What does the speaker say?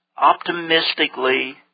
optimistically